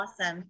Awesome